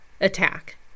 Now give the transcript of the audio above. attack